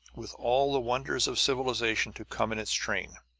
with all the wonders of civilization to come in its train.